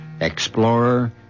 explorer